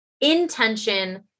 intention